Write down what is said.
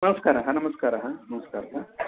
नमस्कारः नमस्कारः नमस्कारः